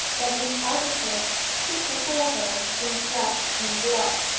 that miss aldclyffe stood before her in flesh and blood.